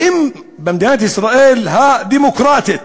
האם מדינת ישראל הדמוקרטית,